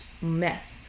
mess